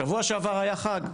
שבוע שעבר היה חג,